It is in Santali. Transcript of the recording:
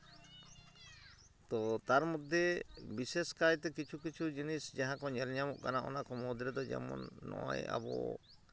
ᱛᱚ ᱛᱟᱨ ᱢᱚᱫᱽᱫᱷᱮ ᱵᱤᱥᱮᱥ ᱠᱟᱭᱛᱮ ᱠᱤᱪᱷᱩ ᱠᱤᱪᱷᱩ ᱡᱤᱱᱤᱥ ᱡᱟᱦᱟᱸ ᱠᱚ ᱧᱮᱞ ᱧᱟᱢᱚᱜ ᱠᱟᱱᱟ ᱚᱱᱟ ᱠᱚ ᱢᱩᱫᱽ ᱨᱮᱫᱚ ᱡᱮᱢᱚᱱ ᱱᱚᱜᱼᱚᱭ ᱟᱵᱚ